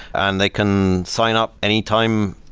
and they can sign up any time,